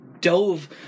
dove